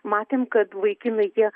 matėm kad vaikinai jie